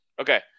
Okay